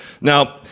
Now